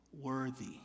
worthy